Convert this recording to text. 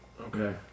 Okay